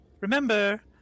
Remember